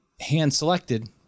hand-selected